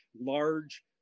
large